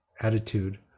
attitude